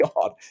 God